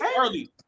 early